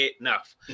enough